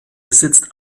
besitzt